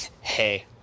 Hey